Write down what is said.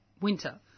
winter